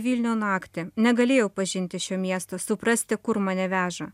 vilnių naktį negalėjau pažinti šio miesto suprasti kur mane veža